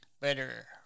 better